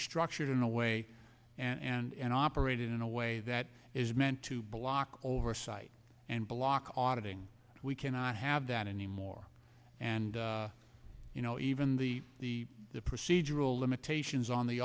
structured in a way and operated in a way that is meant to block oversight and block automating we cannot have that anymore and you know even the the the procedural limitations on the